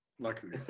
luckily